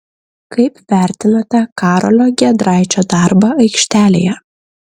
kaip vertinate karolio giedraičio darbą aikštelėje